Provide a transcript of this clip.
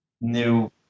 new